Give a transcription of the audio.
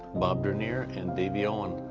bob dernier and davey owen.